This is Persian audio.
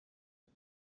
بود